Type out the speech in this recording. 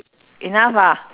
enough ah